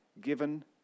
given